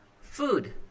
Food